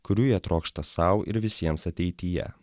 kurių jie trokšta sau ir visiems ateityje